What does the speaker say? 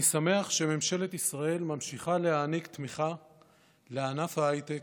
אני שמח שממשלת ישראל ממשיכה להעניק תמיכה לענף ההייטק.